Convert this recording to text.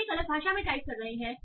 आप एक अलग भाषा में टाइप कर रहे हैं